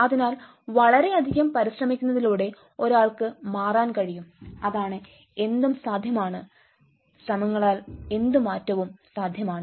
അതിനാൽ വളരെയധികം പരിശ്രമിക്കുന്നതിലൂടെ ഒരാൾക്ക് മാറാൻ കഴിയും അതാണ് എന്തും സാധ്യമാണ് ശ്രമങ്ങളാൽ ഏത് മാറ്റവും സാധ്യമാണ്